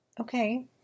Okay